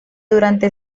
durante